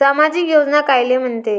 सामाजिक योजना कायले म्हंते?